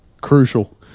crucial